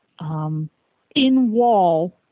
in-wall